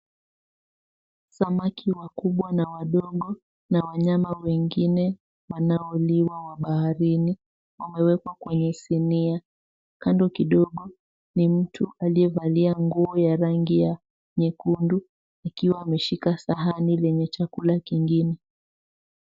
Samaki wakubwa na wadogo na wanyama wengine wanaoliwa wa baharini wamewekwa kwenye sinia kando kidogo ni mtu aliyevalia nguo ya rangi ya nyekundu akiwa ameshika sahani lenye chakula kingine.